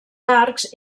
arcs